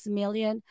million